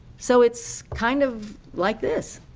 so it's kind of like this